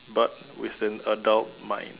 but with an adult mind